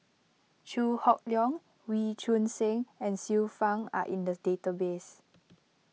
Chew Hock Leong Wee Choon Seng and Xiu Fang are in the database